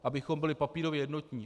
Abychom byli papírově jednotní.